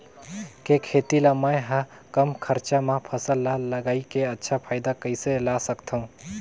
के खेती ला मै ह कम खरचा मा फसल ला लगई के अच्छा फायदा कइसे ला सकथव?